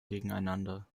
gegeneinander